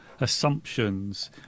assumptions